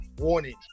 Warning